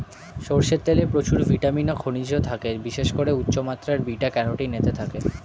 সরষের তেলে প্রচুর ভিটামিন ও খনিজ থাকে, বিশেষ করে উচ্চমাত্রার বিটা ক্যারোটিন থাকে এতে